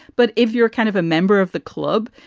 but if you're a kind of a member of the club,